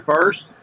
first